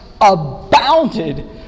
abounded